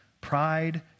pride